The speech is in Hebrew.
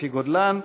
לפי גודלן.